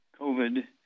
covid